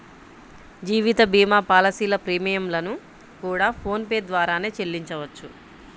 జీవిత భీమా పాలసీల ప్రీమియం లను కూడా ఫోన్ పే ద్వారానే చెల్లించవచ్చు